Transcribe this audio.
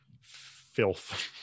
filth